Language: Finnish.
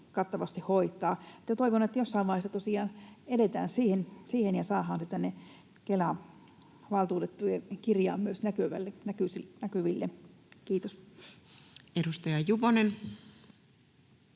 kattavasti hoitaa. Toivon, että jossain vaiheessa tosiaan edetään siihen ja saadaan se tänne Kelan valtuutettujen kirjaan myös näkyville. — Kiitos. Edustaja Juvonen.